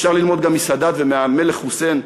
אפשר גם ללמוד מסאדאת ומהמלך חוסיין,